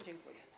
Dziękuję.